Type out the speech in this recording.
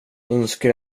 önskar